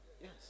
Yes